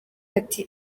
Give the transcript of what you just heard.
ati